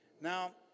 Now